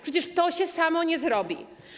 Przecież to się samo nie zrobi.